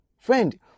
Friend